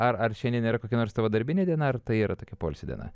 ar ar šiandien yra kokia nors tavo darbinė diena ar tai yra tokia poilsio diena